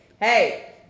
hey